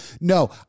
No